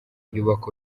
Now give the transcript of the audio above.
yubaka